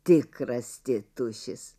tikras tėtušis